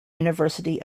university